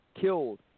Killed